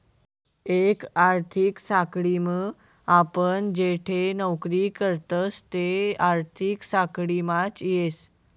एक आर्थिक साखळीम आपण जठे नौकरी करतस ते आर्थिक साखळीमाच येस